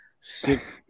Six